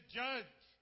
judge